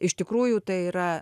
iš tikrųjų tai yra